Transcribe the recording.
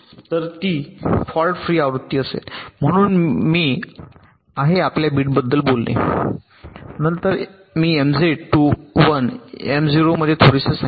तर जर ती फॉल्ट फ्री आवृत्ती असेल म्हणजे मी आहे पहिल्या बिटबद्दल बोलणे नंतर मी MZ टू 1 M0 मध्ये थोडेसे सांगितले